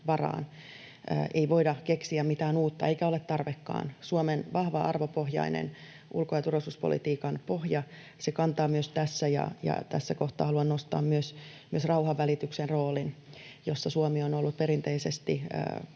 Ei voida keksiä mitään uutta, eikä ole tarvekaan. Suomen vahva arvopohjainen ulko- ja turvallisuuspolitiikan pohja kantaa myös tässä, ja tässä kohtaa haluan nostaa myös rauhanvälityksen roolin, jossa Suomi on ollut perinteisesti